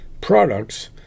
products